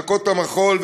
להקות המחול,